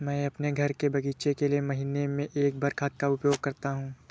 मैं अपने घर के बगीचे के लिए महीने में एक बार खाद का उपयोग करता हूँ